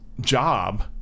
job